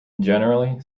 generally